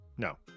No